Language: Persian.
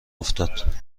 افتاد